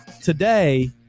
Today